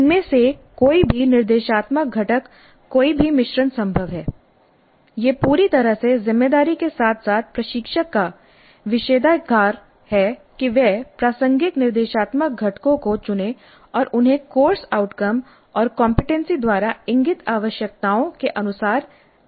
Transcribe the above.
इनमें से कोई भी निर्देशात्मक घटक कोई भी मिश्रण संभव है यह पूरी तरह से जिम्मेदारी के साथ साथ प्रशिक्षक का विशेषाधिकार है कि वह प्रासंगिक निर्देशात्मक घटकों को चुनें और उन्हें कोर्स आउटकम और कमपेटेंसी द्वारा इंगित आवश्यकताओं के अनुसार मिलान करें